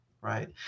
right